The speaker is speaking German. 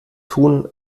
tun